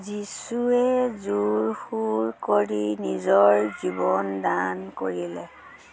যীচুৱে জোৰ শোৰ কৰি নিজৰ জীৱন দান কৰিলে